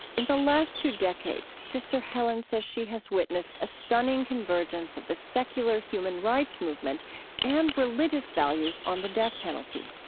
in the last two decades, sister helen says she has witnessed a stunning convergence of the secular human rights movement and religious values on the death penalty.